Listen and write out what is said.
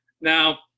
Now